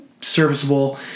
serviceable